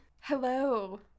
Hello